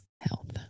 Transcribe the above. Health